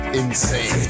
insane